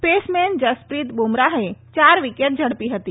paceman Jasprit બુમરાહે ચાર wicket ઝડપી હતી